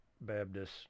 Baptist